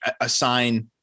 assign